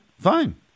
fine